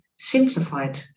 simplified